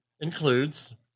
includes